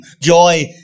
Joy